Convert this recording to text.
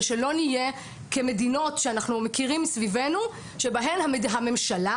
שלא נהיה כמדינות שאנחנו מכירים מסביבנו שבהן הממשלה,